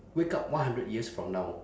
wake up one hundred years from now